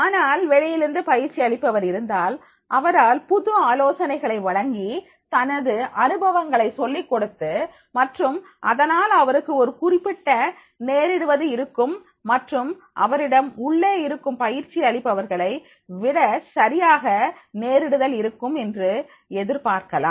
ஆனால் வெளியிருந்து பயிற்சி அளிப்பவர் இருந்தால் அவரால் புது ஆலோசனைகளை வழங்கி தனது அனுபவங்களை சொல்லிக்கொடுத்து மற்றும் அதனால் அவருக்கு ஒரு குறிப்பிட்ட நேரிடுவது இருக்கும் மற்றும் அவரிடம் உள்ளே இருக்கும் பயிற்சி அளிப்பவர்களை விடசரியான நேர் இடுதல் இருக்கும் என்று எதிர்பார்க்கலாம்